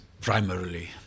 primarily